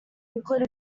include